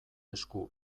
esku